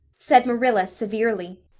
said marilla severely,